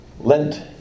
Lent